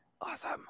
Awesome